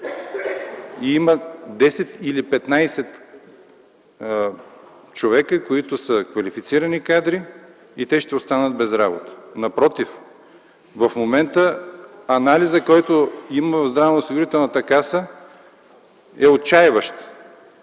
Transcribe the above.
или петнадесет човека, които са квалифицирани кадри и те ще останат без работа. Напротив, в момента анализът, който е в Здравноосигурителната каса, е отчайващ.